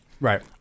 Right